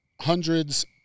hundreds